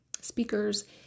speakers